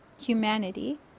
humanity